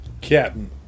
Captain